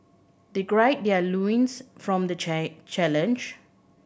they their loins from the chair challenge